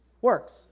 works